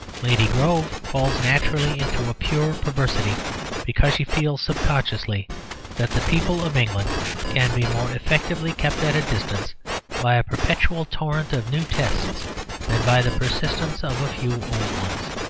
lady grove falls naturally into a pure perversity because she feels subconsciously that the people of england can be more effectively kept at a distance by a perpetual torrent of new tests than by the persistence of a few old ones.